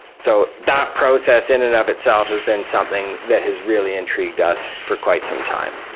so that process, in and of itself, has been something that has really intrigued us for quite some time.